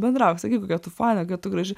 bendrauk sakyk kokia tu fana kad tu graži